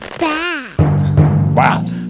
Wow